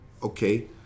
Okay